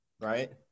right